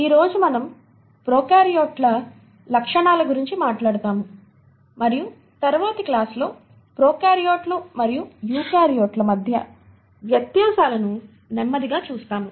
ఈ రోజు మనం ప్రొకార్యోట్ల లక్షణాల గురించి మాట్లాడుతాము మరియు తరువాతి క్లాస్ లో ప్రొకార్యోట్లు మరియు యూకారియోట్ల మధ్య వ్యత్యాసాలకు నెమ్మదిగా చూస్తాము